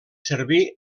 servir